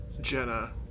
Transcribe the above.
jenna